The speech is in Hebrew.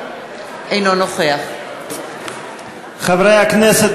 אינו נוכח חברי הכנסת,